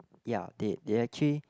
ya they they actually